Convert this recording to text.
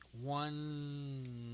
One